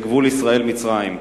בגבול ישראל מצרים.